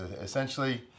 Essentially